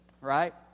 right